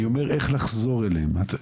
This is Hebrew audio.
אני אומר איך לחזור אליהם.